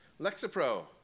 Lexapro